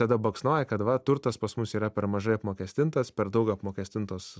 tada baksnoja kad va turtas pas mus yra per mažai apmokestintas per daug apmokestintos